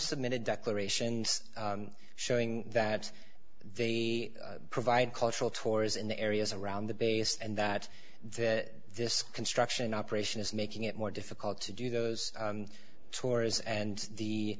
submitted declarations showing that they provide cultural tours in the areas around the base and that that this construction operation is making it more difficult to do those tours and the